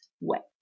wet